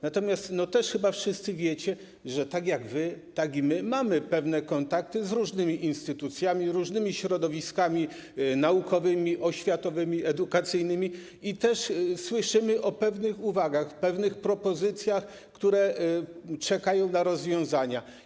Natomiast też chyba wszyscy wiecie, że tak jak wy, tak i my mamy pewne kontakty z różnymi instytucjami, różnymi środowiskami naukowymi, oświatowymi, edukacyjnymi, i też słyszymy o pewnych uwagach, pewnych propozycjach, kwestiach, które czekają na rozwiązanie.